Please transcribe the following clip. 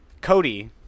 Cody